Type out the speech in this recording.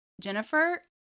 Jennifer